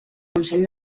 consell